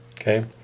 Okay